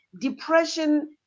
depression